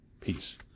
Peace